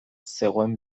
zegoen